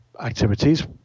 activities